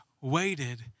waited